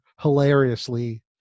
hilariously